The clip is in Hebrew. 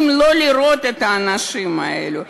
לא לראות את האנשים האלה?